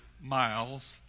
miles